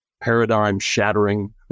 paradigm-shattering